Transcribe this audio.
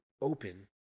open